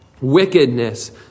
wickedness